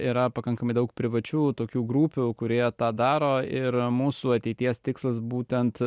yra pakankamai daug privačių tokių grupių kurie tą daro ir mūsų ateities tikslas būtent